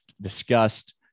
discussed